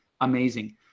amazing